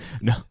No